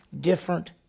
different